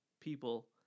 people